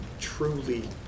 truly